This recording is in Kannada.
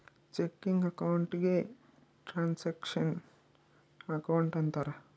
ಚೆಕಿಂಗ್ ಅಕೌಂಟ್ ಗೆ ಟ್ರಾನಾಕ್ಷನ್ ಅಕೌಂಟ್ ಅಂತಾರ